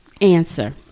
answer